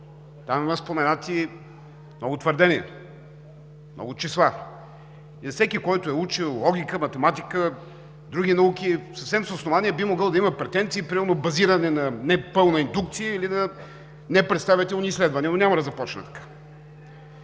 Там има споменати много твърдения, много числа и всеки, който е учил логика, математика, други науки, съвсем с основание би могъл да има претенции, примерно базиране на не пълна индукция или на непредставителни изследвания, но няма да започна така.